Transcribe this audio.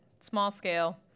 small-scale